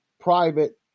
private